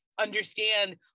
understand